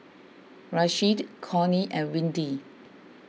Rasheed Connie and Windy